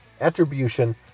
attribution